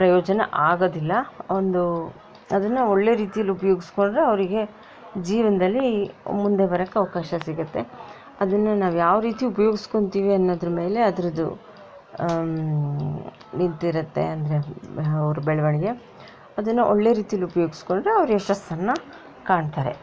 ಪ್ರಯೋಜನ ಆಗೋದಿಲ್ಲ ಒಂದು ಅದನ್ನು ಒಳ್ಳೆಯ ರೀತೀಲಿ ಉಪಯೋಗಿಸ್ಕೊಂಡ್ರೆ ಅವರಿಗೆ ಜೀವನದಲ್ಲಿ ಮುಂದೆ ಬರಕ್ಕೆ ಅವಕಾಶ ಸಿಗತ್ತೆ ಅದನ್ನು ನಾವು ಯಾವ ರೀತಿ ಉಪಯೋಗಿಸ್ಕೊತೀವಿ ಅನ್ನೋದರ ಮೇಲೆ ಅದರದು ನಿಂತಿರತ್ತೆ ಅಂದರೆ ಅವರ ಬೆಳವಣಿಗೆ ಅದನ್ನು ಒಳ್ಳೆಯ ರೀತೀಲಿ ಉಪಯೋಗಿಸ್ಕೊಂಡ್ರೆ ಅವರು ಯಶಸ್ಸನ್ನು ಕಾಣ್ತಾರೆ